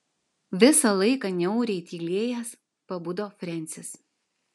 visą laiką niauriai tylėjęs pabudo frensis